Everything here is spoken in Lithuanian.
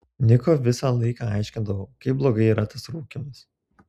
niko visą laiką aiškindavau kaip blogai yra tas rūkymas